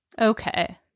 Okay